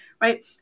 Right